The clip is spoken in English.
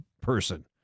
person